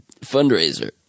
fundraiser